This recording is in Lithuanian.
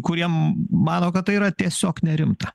kuriem mano kad tai yra tiesiog nerimta